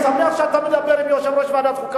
אני שמח שאתה מדבר עם יושב-ראש ועדת החוקה,